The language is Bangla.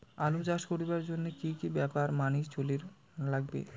আলু চাষ করিবার জইন্যে কি কি ব্যাপার মানি চলির লাগবে?